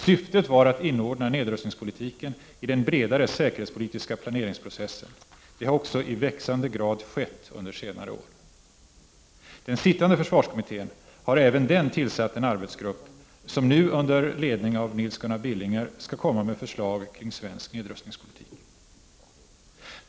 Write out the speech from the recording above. Syftet var att inordna nedrustningspolitiken i den bredare säkerhetspolitiska planeringsprocessen. Det har också i växande grad skett under senare år. Den sittande försvarskommittén har även den tillsatt en arbetsgrupp som nu under ledning av Nils Gunnar Billinger skall komma med förslag kring svensk nedrustningspolitik.